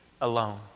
alone